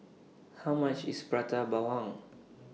How much IS Prata Bawang